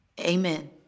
Amen